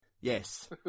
Yes